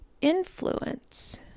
influence